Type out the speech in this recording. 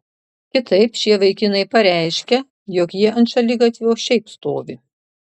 kitaip šie vaikinai pareiškia jog jie ant šaligatvio šiaip stovi